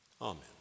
amen